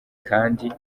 kandi